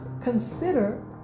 consider